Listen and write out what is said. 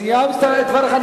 סיימת את דבריך?